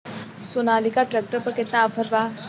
Sonalika tractor पर केतना offer बा?